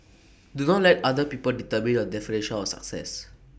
do not let other people determine your definition of success